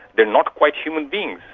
they're not quite human beings,